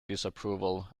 disapproval